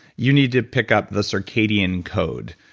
you need to pickup the circadian code,